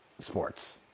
sports